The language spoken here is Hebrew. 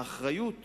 האחריות